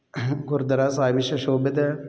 ਗੁਰਦੁਆਰਾ ਸਾਹਿਬ ਸੁਸ਼ੋਭਿਤ ਹੈ